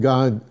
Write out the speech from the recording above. God